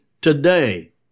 today